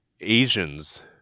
Asians